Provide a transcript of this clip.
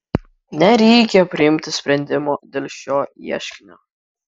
nereikia priimti sprendimo dėl šio ieškinio